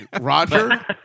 Roger